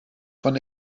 von